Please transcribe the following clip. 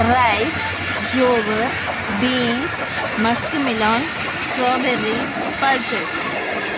rice jowar beans muskmelon strawberry pulses